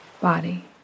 body